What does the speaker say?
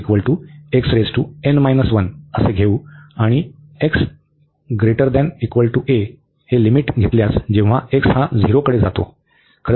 तर आपण हे घेऊ आणि x a हे लिमिट घेतल्यास जेव्हा x हा झिरोकडे जातो